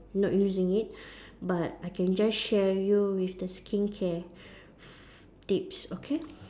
not using it but I can just share you with the skincare f~ tips okay